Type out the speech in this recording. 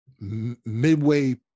midway